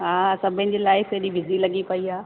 हा सभिनि जी लाईफ़ एॾी बिजी लॻी पई आहे